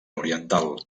oriental